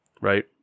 right